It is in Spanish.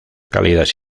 cálidas